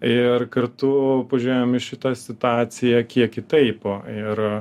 ir kartu pažiūrėjom į šitą situaciją kiek kitaip ir